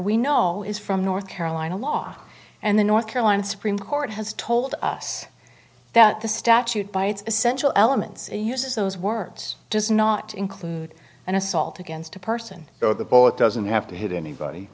we know is from north carolina law and the north carolina supreme court has told us that the statute by its essential elements and uses those words does not include an assault against a person so the bullet doesn't have to hit anybody